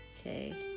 Okay